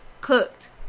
Cooked